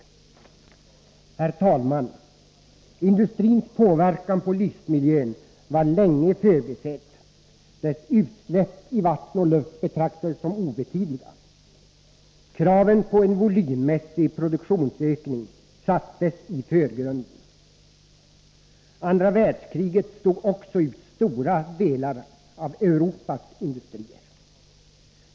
Herr talman! Industrins påverkan på livsmiljön var länge förbisedd. Dess utsläpp i vatten och luft betraktades som obetydliga. Kravet på en volymmässig produktionsökning sattes i förgrunden. Andra världskriget slog också ut stora delar av Europas industrier.